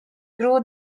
grew